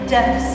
Death